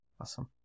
Awesome